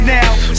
now